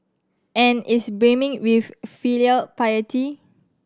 and is brimming with filial piety